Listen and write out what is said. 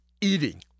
eating